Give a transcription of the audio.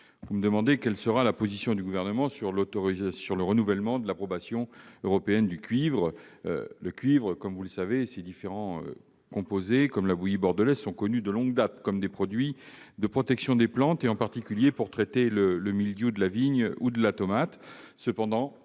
Vous me demandez quelle sera la position du Gouvernement concernant le renouvellement de l'approbation européenne du cuivre, en tant que produit phytopharmaceutique. Le cuivre et ses différents composés, comme la bouillie bordelaise, sont connus de longue date comme produits de protection des plantes, en particulier pour traiter le mildiou de la vigne ou de la tomate.